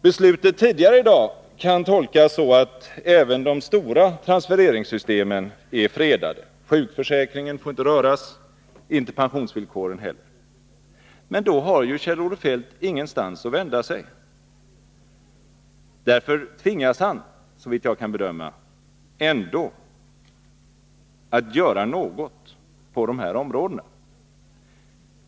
Beslutet tidigare i dag kan tolkas så, att även de stora transfereringssystemen är fredade. Sjukförsäkringen får inte röras, inte pensionsvillkoren heller. Men då har ju Kjell-Olof Feldt ingenstans att vända sig. Därför tvingas han, såvitt jag kan bedöma, ändå att göra något på de här områdena.